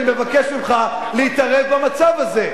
אני מבקש ממך להתערב במצב הזה.